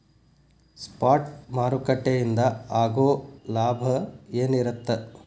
Spot ಮಾರುಕಟ್ಟೆಯಿಂದ ಆಗೋ ಲಾಭ ಏನಿರತ್ತ?